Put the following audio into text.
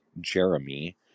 Jeremy